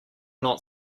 not